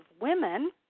women